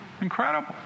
incredible